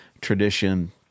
tradition